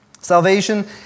Salvation